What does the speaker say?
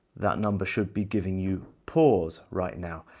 that number should be giving you pause right now.